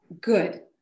good